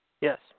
Yes